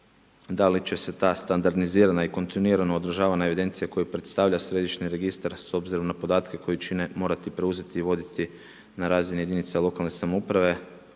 da li će se ta standardizirana i kontinuirana održavana evidencija koju predstavlja središnji registar, s obzirom na podatke koje čine, morati preuzeti i voditi na razini jedinica lokalne samouprave?